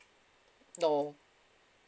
no